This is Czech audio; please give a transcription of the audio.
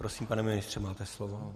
Prosím, pane ministře, máte slovo.